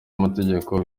amategeko